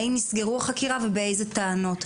האם נסגרו החקירות ובאיזה טענות.